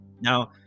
Now